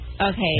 Okay